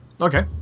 okay